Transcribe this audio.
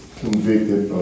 convicted